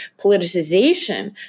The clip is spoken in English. politicization